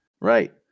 Right